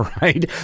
right